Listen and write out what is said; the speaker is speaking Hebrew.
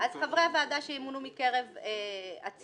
חברי הוועדה שימונו מקרב הציבור,